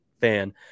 fan